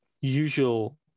usual